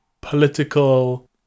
political